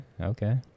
okay